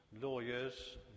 lawyers